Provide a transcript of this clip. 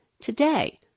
Today